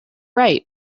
right